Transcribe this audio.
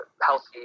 healthy